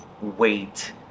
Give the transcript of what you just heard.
wait